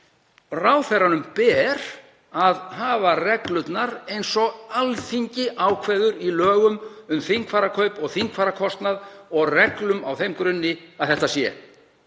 Ráðherranum ber að hafa reglurnar eins og Alþingi ákveður í lögum um þingfararkaup og þingfararkostnað og reglum á þeim grunni.